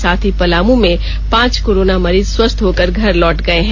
साथ ही पलामू में पांच कोरोना मरीज स्वस्थ होकर घर लौट गए है